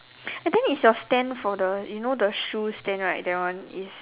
and then is your stand for the you know the shoe stand right that one is